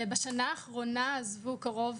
בשנה האחרונה עזבו קרוב